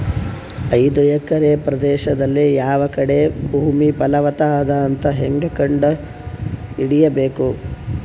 ಐದು ಎಕರೆ ಪ್ರದೇಶದಲ್ಲಿ ಯಾವ ಕಡೆ ಭೂಮಿ ಫಲವತ ಅದ ಅಂತ ಹೇಂಗ ಕಂಡ ಹಿಡಿಯಬೇಕು?